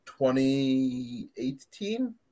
2018